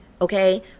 okay